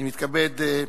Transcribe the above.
אני מתכבד.